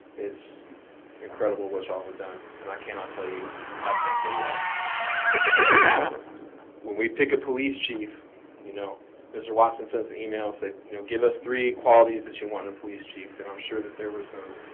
it's incredible what y'all have done and i cannot tell you how thankful we are and when we pick a police chief you know mr. watson says an email said you know give us three qualities that you wanted a police chief and i'm sure that there were some